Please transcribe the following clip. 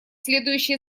следующие